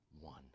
one